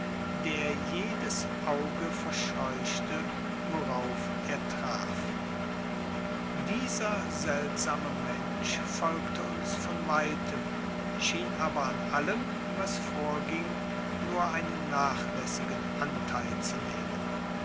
der jedes auge verscheuchte worauf er traf dieser seltsame mensch folgte uns von weitem schien aber an allem was vorging nur einen nachlässigen anteil zu nehmen